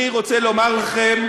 אני רוצה לומר לכם: